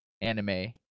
anime